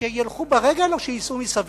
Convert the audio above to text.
שילכו ברגל או שייסעו מסביב.